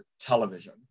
television